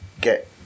get